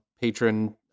patron